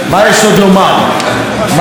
מה יש עוד לומר שלא נאמר?